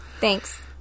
Thanks